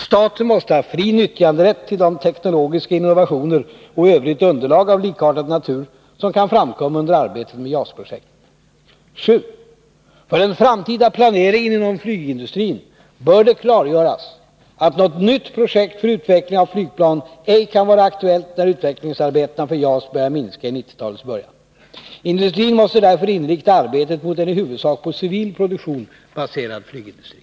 Staten måste ha fri nyttjanderätt till de teknologiska innovationer och övrigt underlag av likartad natur som kan framkomma under arbetet med JAS-projektet. 7. För den framtida planeringen inom flygindustrin bör det klargöras att något nytt projekt för utveckling av flygplan ej kan vara aktuellt när utvecklingsarbetena för JAS börjar minska vid 1990-talets början. Industrin måste därför inrikta arbetet mot en på i huvudsak civil produktion baserad flygindustri.